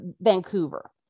Vancouver